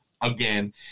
again